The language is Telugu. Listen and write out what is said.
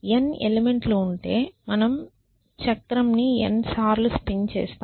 n ఎలిమెంట్ లు ఉంటే మనం వీల్ ని n సార్లు స్పిన్ చేస్తాము